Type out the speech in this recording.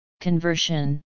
Conversion